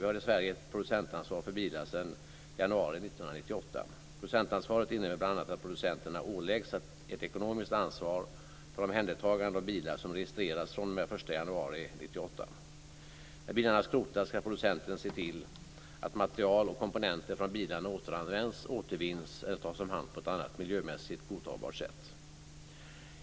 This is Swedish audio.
Vi har i Sverige ett producentansvar för bilar sedan januari 1998. Producentansvaret innebär bl.a. att producenterna åläggs ett ekonomiskt ansvar för omhändertagande av bilar som registreras fr.o.m. den 1 januari 1998. När bilarna skrotas ska producenten se till att material och komponenter från bilarna återanvänds, återvinns eller tas om hand på ett annat miljömässigt godtagbart sätt.